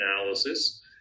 analysis